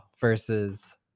versus